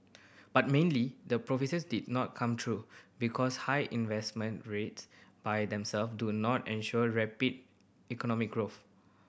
but mainly the prophecies did not come true because high investment rates by themself do not ensure rapid economic growth